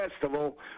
Festival